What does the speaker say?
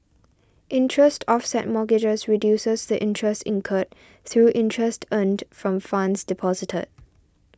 interest offset mortgages reduces the interest incurred through interest earned from funds deposited